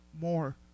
more